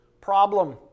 problem